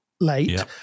late